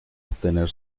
obtener